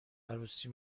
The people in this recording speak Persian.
عروسی